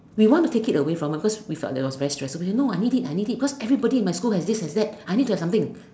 we want to take it away from her because we felt that was very stressful she said no I need it I need it because everybody in my school has this has that I need to have something